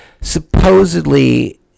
supposedly